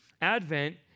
Advent